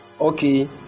Okay